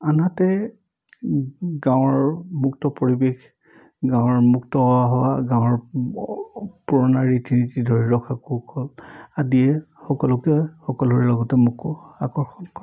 আনহাতে গাঁৱৰ মুক্ত পৰিৱেশ গাঁৱৰ মুক্ত হাৱা গাঁৱৰ পুৰণা ৰীতি নীতি ধৰি ৰখা কৌশল আদিয়ে সকলোকে সকলোৰে লগতে মোকো আকৰ্ষণ কৰে